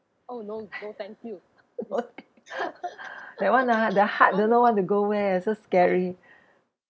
why that [one] ah the heart don't know want to go where ah so scary